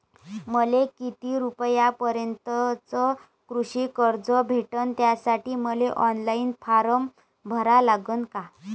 मले किती रूपयापर्यंतचं कृषी कर्ज भेटन, त्यासाठी मले ऑनलाईन फारम भरा लागन का?